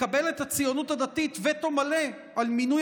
מקבלת הציונות הדתית וטו מלא על מינוי